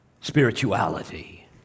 spirituality